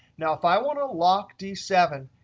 now if i want to lock d seven,